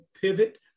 pivot